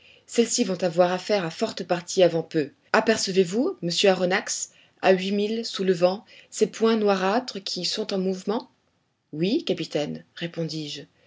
celles-ci vont avoir affaire à forte partie avant peu apercevez vous monsieur aronnax à huit milles sous le vent ces points noirâtres qui sont en mouvement oui capitaine répondis-je